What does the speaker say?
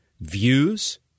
views